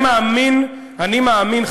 אני מאמין,